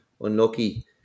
unlucky